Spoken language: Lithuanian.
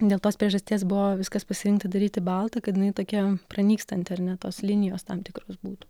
dėl tos priežasties buvo viskas pasirinkta daryti balta kad jinai tokia pranykstanti ar ne tos linijos tam tikros būtų